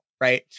right